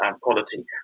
quality